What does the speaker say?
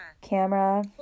Camera